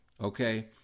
okay